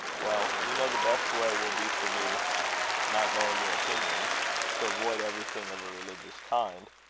well you know the best way will be for me not knowing your opinions to avoid everything of a religious kind.